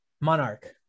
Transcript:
Monarch